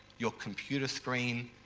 your computer screen,